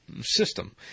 system